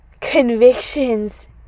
convictions